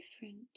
different